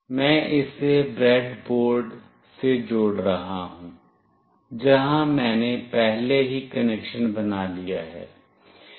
मैं इसे ब्रेडबोर्ड से जोड़ रहा हूं जहां मैंने पहले ही कनेक्शन बना लिया है